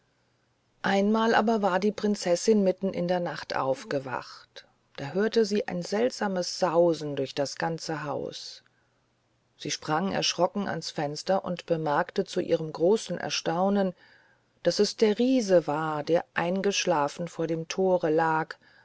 einmal aber war die prinzessin mitten in der nacht aufgewacht da hörte sie ein seltsames sausen durch das ganze haus sie sprang erschrocken ans fenster und bemerkte zu ihrem großen erstaunen daß es der riese war der eingeschlafen vor dem tore lag